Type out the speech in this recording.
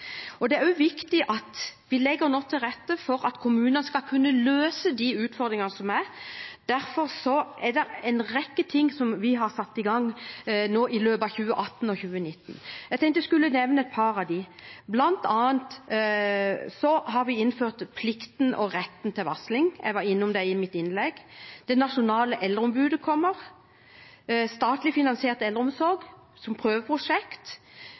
og putte på andres sko når jeg har reist rundt i forbindelse med Leve hele livet. Det er også viktig at vi nå legger til rette for at kommunene skal kunne løse de utfordringen som er. Derfor har vi satt i gang en rekke ting i løpet av 2018 og 2019. Jeg tenkte jeg skulle nevne et par av dem. Blant annet har vi innført plikt og rett til varsling. Jeg var innom det i mitt innlegg. Det nasjonale eldreombudet kommer. Statlig finansiert eldreomsorg